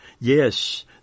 Yes